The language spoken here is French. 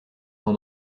son